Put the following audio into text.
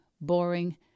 boring